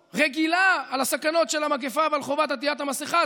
רגילה על הסכנות של המגפה ועל חובת עטיית המסכה,